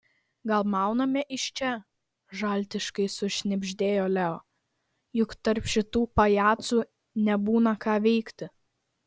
gal mauname iš čia žaltiškai sušnibždėjo leo juk tarp šitų pajacų nebūna ką veikti